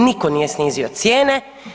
Niko nije snizio cijene.